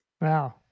Wow